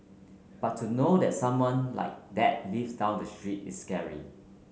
but to know that someone like that lives down the street is scary